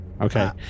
Okay